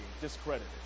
discredited